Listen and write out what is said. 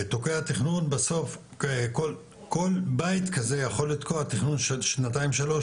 תוקע תכנון בסוף כל בית כזה יכול לתקוע תכנון של שנתיים שלוש,